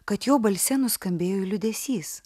kad jo balse nuskambėjo liūdesys